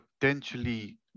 potentially